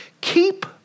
keep